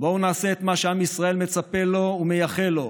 בואו נעשה את מה שעם ישראל מצפה לו ומייחל לו,